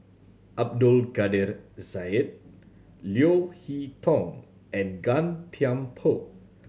Abdul Kadir Syed Leo Hee Tong and Gan Thiam Poh